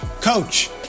coach